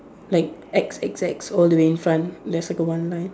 like X X X all the way in front there's like a one line